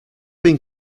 been